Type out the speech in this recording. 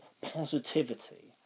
positivity